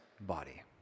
body